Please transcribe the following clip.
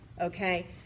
Okay